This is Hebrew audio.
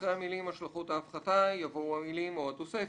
אחרי המילים "השלכות ההפחתה" יבואו המילים "או התוספת".